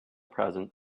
present